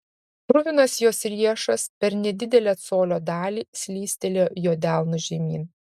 kruvinas jos riešas per nedidelę colio dalį slystelėjo jo delnu žemyn